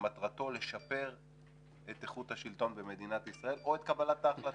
שמטרתו לשפר את איכות השלטון במדינת ישראל או את קבלת ההחלטות.